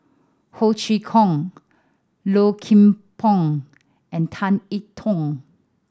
Ho Chee Kong Low Kim Pong and Tan E Tong